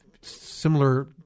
similar